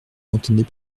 n’entendez